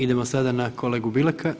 Idemo sada na kolegu Bileka.